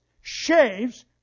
shaves